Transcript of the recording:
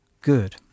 good